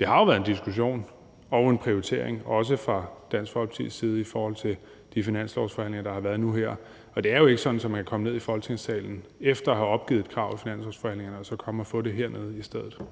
jo har været en diskussion og en prioritering, også fra Dansk Folkepartis side, i forhold til de finanslovsforhandlinger, der har været nu her. Og det er jo ikke sådan, at man kan komme ned i Folketingssalen, efter at have opgivet et krav i finanslovsforhandlingerne, og så få det hernede i stedet for.